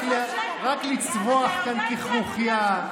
רק לצווח כאן ככרוכיה,